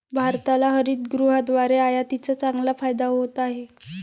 भारताला हरितगृहाद्वारे आयातीचा चांगला फायदा होत आहे